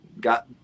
got –